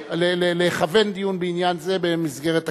לכוון דיון בעניין זה במסגרת הכנסת,